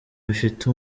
bifite